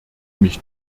mich